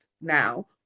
now